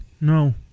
no